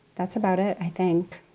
that's about it. i think